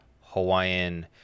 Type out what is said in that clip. Hawaiian